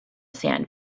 sand